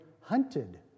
hunted